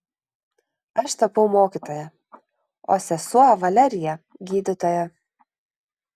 aš tapau mokytoja o sesuo valerija gydytoja